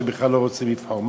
שבכלל לא רוצים לבחור?